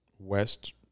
West